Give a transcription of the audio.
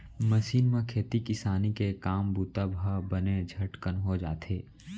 machine म खेती किसानी के काम बूता ह बने झटकन हो जाथे